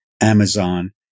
Amazon